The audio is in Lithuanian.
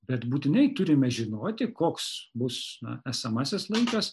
bet būtinai turime žinoti koks bus na esamasis laikas